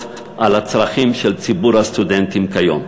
על הצרכים של ציבור הסטודנטים כיום.